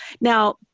Now